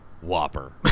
Whopper